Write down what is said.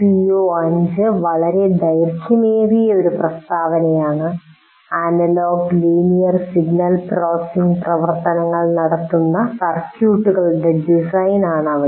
CO5 വളരെ ദൈർഘ്യമേറിയ ഒരു പ്രസ്താവനയാണ് അനലോഗ് ലീനിയർ സിഗ്നൽ പ്രോസസ്സിംഗ് പ്രവർത്തനങ്ങൾ നടത്തുന്ന സർക്യൂട്ടുകളുടെ ഡിസൈനാണ് അവിടെ